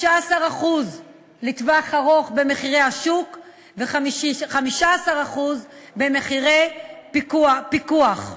15% לטווח ארוך במחירי השוק ו-15% במחירי פיקוח,